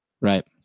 Right